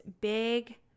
big